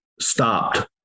stopped